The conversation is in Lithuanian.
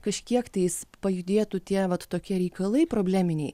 kažkiek tais pajudėtų tie vat tokie reikalai probleminiai